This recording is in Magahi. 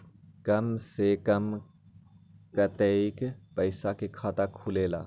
कम से कम कतेइक पैसा में खाता खुलेला?